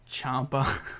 Champa